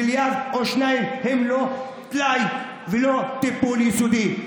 מיליארד או שניים הם רק טלאי ולא טיפול יסודי.